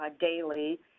daily